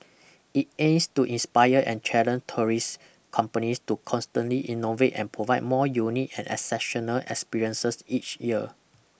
it aims to inspire and challenge tourist companies to constantly innovate and provide more unique and exceptional experiences each year